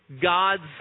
God's